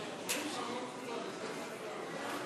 האם יש מישהו מחברי הכנסת שמבקש להסיר מסדר-היום